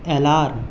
alarm